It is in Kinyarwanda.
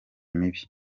mibi